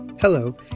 Hello